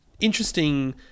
interesting